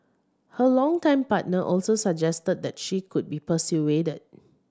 her longtime partner also suggested that she could be persuaded